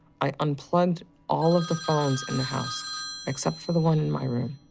i unplugged all of the phones in the house except for the one in my room,